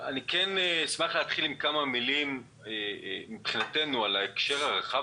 אשמח להתחיל עם כמה מילים מבחינתנו על ההקשר הרחב